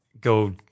go